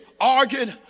arguing